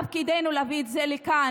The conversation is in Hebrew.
תפקידנו לא להביא את זה לכאן,